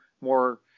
more